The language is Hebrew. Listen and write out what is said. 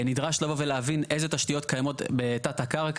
נדרש לבוא ולהבין איזה תשתיות קיימות בתת הקרקע